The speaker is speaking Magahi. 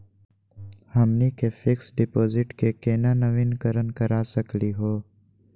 हमनी के फिक्स डिपॉजिट क केना नवीनीकरण करा सकली हो?